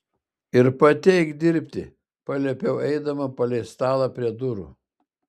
ir pati eik dirbti paliepiu eidama palei stalą prie durų